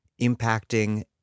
impacting